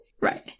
Right